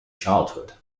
childhood